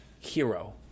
hero